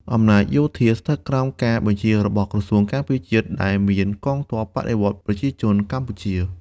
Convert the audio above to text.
អំណាចយោធាស្ថិតក្រោមការបញ្ជារបស់ក្រសួងការពារជាតិ ដែលមានកងទ័ពបដិវត្តន៍ប្រជាជនកម្ពុជា។